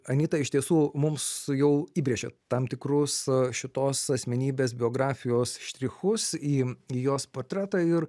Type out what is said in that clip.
anita iš tiesų mums jau įbrėžė tam tikrus šitos asmenybės biografijos štrichus į jos portretą ir